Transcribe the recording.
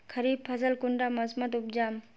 खरीफ फसल कुंडा मोसमोत उपजाम?